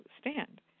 stand